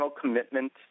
commitment